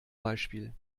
beispiel